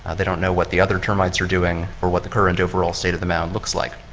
ah they don't know what the other termites are doing or what the current overall state of the mound looks like.